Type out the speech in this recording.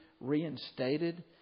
reinstated